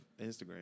Instagram